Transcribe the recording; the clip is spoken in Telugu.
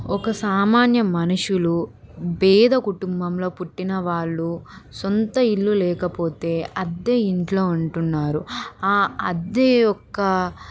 ఒక సామాన్య మనుషులు బీద కుటుంబంలో పుట్టిన వాళ్ళు సొంత ఇల్లు లేకపోతే అద్దె ఇంట్లో ఉంటున్నారు ఆ అద్దె యొక్క